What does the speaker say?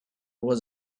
was